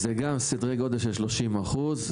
סדרי גודל של 30 אחוזים.